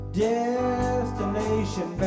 destination